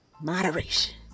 moderation